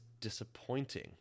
disappointing